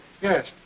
Yes